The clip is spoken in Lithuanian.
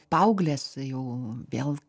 paauglės jau vėl